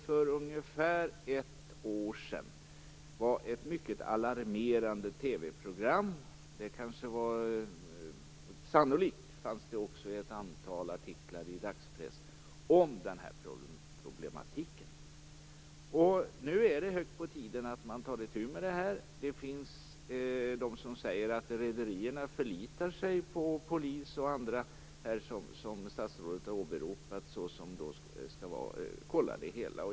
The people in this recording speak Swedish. För ungefär ett år sedan visades ett mycket alarmerande TV-program, och sannolikt fanns det också ett antal artiklar i dagspressen, om den här problematiken. Nu är det på tiden att man tar itu med det här. Det finns de som säger att rederierna förlitar sig på att polisen och de andra som statsrådet har åberopat skall kontrollera det hela.